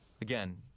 Again